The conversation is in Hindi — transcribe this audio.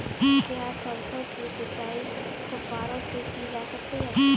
क्या सरसों की सिंचाई फुब्बारों से की जा सकती है?